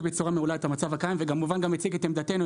בצורה מעולה את המצב הקיים וכמובן גם הציג את עמדתנו,